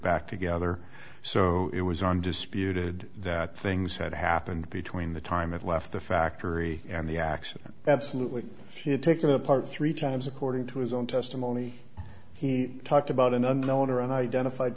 back together so it was undisputed that things had happened between the time it left the factory and the accident absolutely he had taken apart three times according to his own testimony he talked about an unknown or an identified